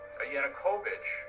Yanukovych